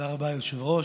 תודה רבה, היושב-ראש.